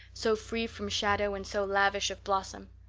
so free from shadow and so lavish of blossom.